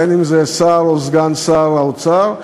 אם שר האוצר או סגן שר האוצר,